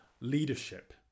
leadership